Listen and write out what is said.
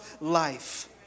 life